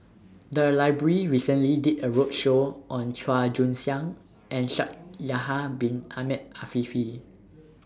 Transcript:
The Library recently did A roadshow on Chua Joon Siang and Shaikh Yahya Bin Ahmed Afifi